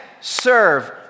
serve